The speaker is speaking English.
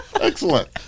Excellent